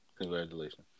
congratulations